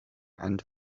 and